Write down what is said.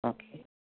okay